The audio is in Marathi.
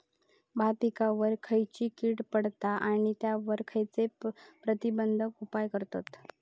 भात पिकांवर खैयची कीड पडता आणि त्यावर खैयचे प्रतिबंधक उपाय करतत?